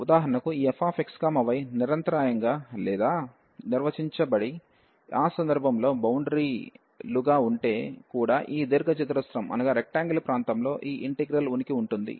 ఉదాహరణకు ఈ fxyనిరంతరాయంగా లేదా నిర్వచించబడి ఆ సందర్భంలో బౌండరీ లుగా ఉంటే కూడా ఈ దీర్ఘ చతురస్రం ప్రాంతంలో ఈ ఇంటిగ్రల్ ఉనికి ఉంటుంది